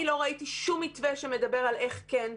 אני לא ראיתי שום מתווה שמדבר על איך כן.